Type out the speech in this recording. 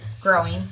Growing